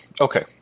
Okay